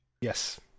Yes